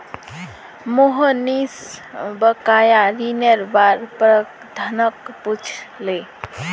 मोहनीश बकाया ऋनेर बार प्रबंधक पूछले